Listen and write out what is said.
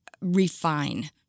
refine